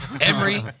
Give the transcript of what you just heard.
Emery